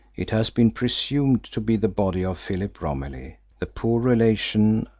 it has been presumed to be the body of philip romilly, the poor relation,